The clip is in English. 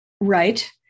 Right